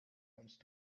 kannst